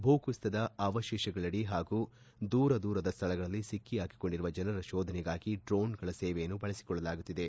ಭೂಕುಸಿತದ ಅವಶೇಷಗಳಡಿ ಹಾಗೂ ದೂರ ದೂರದ ಸ್ಥಳಗಳಲ್ಲಿ ಸಿಕ್ಕಿಹಾಕಿಕೊಂಡಿರುವ ಜನರ ಶೋಧನೆಗಾಗಿ ಡ್ರೊನ್ಗಳ ಸೇವೆಯನ್ನು ಬಳಸಿಕೊಳ್ಳಲಾಗುತ್ತಿದೆ